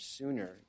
sooner